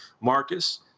marcus